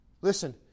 Listen